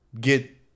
get